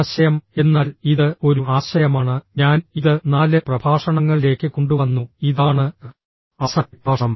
ആശയം എന്നാൽ ഇത് ഒരു ആശയമാണ് ഞാൻ ഇത് 4 പ്രഭാഷണങ്ങളിലേക്ക് കൊണ്ടുവന്നു ഇതാണ് അവസാനത്തെ പ്രഭാഷണം